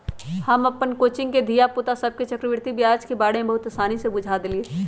हम अप्पन कोचिंग के धिया पुता सभके चक्रवृद्धि ब्याज के बारे में बहुते आसानी से बुझा देइछियइ